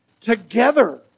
together